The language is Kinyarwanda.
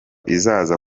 izaza